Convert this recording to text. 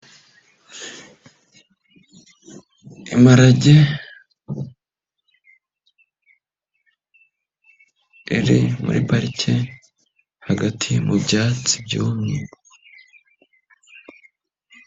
Imparage iri muri parike hagati mu byatsi byumye.